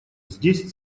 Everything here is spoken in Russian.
здесь